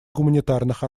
гуманитарных